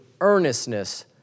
earnestness